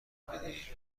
بدی